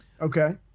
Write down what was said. Okay